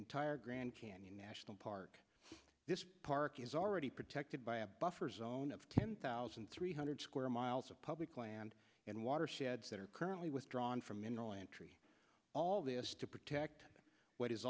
entire grand canyon national park this park is already protected by a buffer zone of ten thousand three hundred square miles of public land and water sheds that are currently withdrawn from mineral entry all this to protect what is